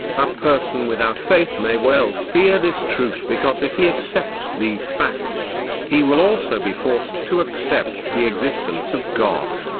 a person without faith may well fear this truth because if he accepts these facts, he will also be forced to accept the existence of god.